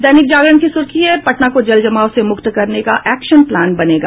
दैनिक जागरण की सुर्खी है पटना को जलजमाव से मुक्त करने का एक्शन प्लान बनेगा